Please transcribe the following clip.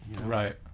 Right